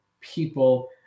people